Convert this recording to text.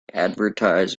advertise